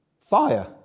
fire